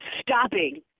stopping